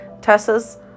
Tessa's